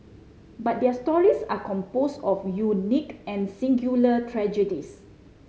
but their stories are composed of unique and singular tragedies